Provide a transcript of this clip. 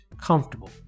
comfortable